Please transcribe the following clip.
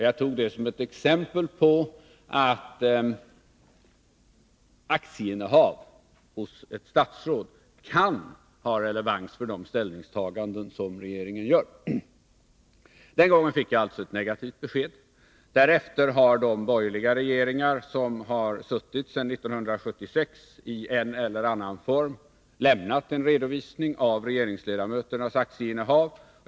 Jag tog det som ett exempel på att aktieinnehav hos ett statsråd kan ha relevans för de ställningstaganden som regeringen gör. Den gången fick jag alltså ett negativt besked. Därefter har de borgerliga regeringar som sedan 1976 har suttit vid makten i en eller annan form lämnat en redovisning av regeringsledamöternas aktieinnehav.